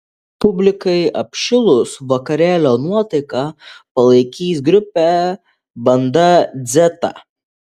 publikai apšilus vakarėlio nuotaiką palaikys grupė banda dzeta